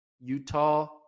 Utah